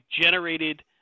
generated